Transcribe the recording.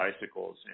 bicycles